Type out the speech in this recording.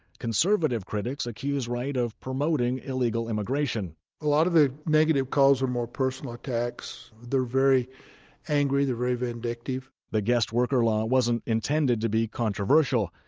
conservative critics accuse wright of promoting illegal immigration a lot of the negative calls are more personal attacks. they're very angry. they're very vindictive the guest-worker law wasn't intended to be controversial.